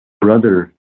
brother